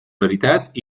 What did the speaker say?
veritat